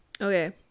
Okay